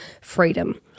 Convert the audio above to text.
freedom